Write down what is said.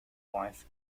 wife